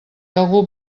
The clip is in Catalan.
algú